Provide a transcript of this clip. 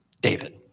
David